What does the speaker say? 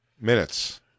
minutes